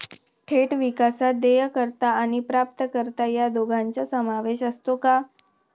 थेट विकासात देयकर्ता आणि प्राप्तकर्ता या दोघांचा समावेश असतो का?